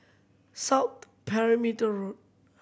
South Perimeter Road